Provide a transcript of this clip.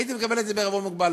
הייתי מקבל את זה בעירבון מוגבל.